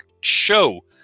show